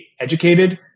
educated